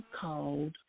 called